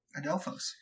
Adelphos